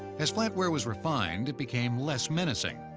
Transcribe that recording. as flatware was refined, it became less menacing.